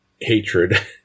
hatred